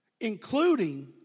including